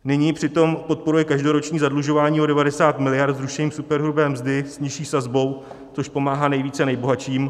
Nyní přitom podporuje každoroční zadlužování o 90 mld. zrušením superhrubé mzdy s nižší sazbou, což pomáhá nejvíce nejbohatším.